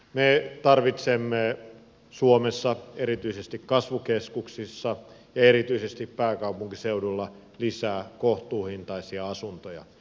me tarvitsemme suomessa erityisesti kasvukeskuksissa ja erityisesti pääkaupunkiseudulla lisää kohtuuhintaisia asuntoja